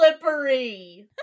slippery